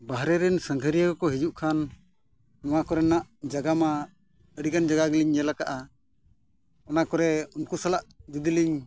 ᱵᱟᱦᱨᱮ ᱨᱮᱱ ᱥᱟᱸᱜᱷᱟᱨᱤᱭᱟᱹ ᱠᱚ ᱦᱤᱡᱩᱜ ᱠᱷᱟᱱ ᱱᱚᱣᱟ ᱠᱚᱨᱮᱱᱟᱜ ᱡᱟᱭᱜᱟ ᱢᱟ ᱟᱹᱰᱤᱜᱟᱱ ᱡᱟᱭᱜᱟ ᱜᱮᱞᱤᱧ ᱧᱮᱞ ᱟᱠᱟᱫᱼᱟ ᱚᱱᱟ ᱠᱚᱨᱮ ᱩᱱᱠᱩ ᱥᱟᱞᱟᱜ ᱡᱩᱫᱤ ᱞᱤᱧ